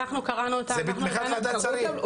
זה בתמיכת ועדת שרים.